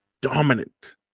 dominant